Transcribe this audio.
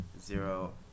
Zero